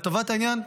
לטובת העניין,